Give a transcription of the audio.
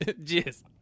Yes